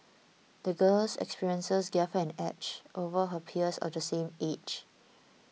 the girl's experiences gave her an edge over her peers of the same age